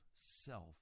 self